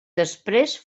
després